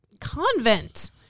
convent